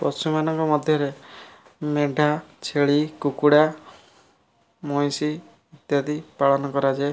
ପଶୁମାନଙ୍କ ମଧ୍ୟରେ ମେଣ୍ଢା ଛେଳି କୁକୁଡ଼ା ମଇଁଷି ଇତ୍ୟାଦି ପାଳନ କରାଯାଏ